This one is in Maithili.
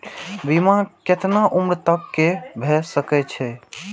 बीमा केतना उम्र तक के भे सके छै?